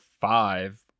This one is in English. five